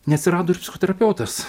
neatsirado ir psichoterapeutas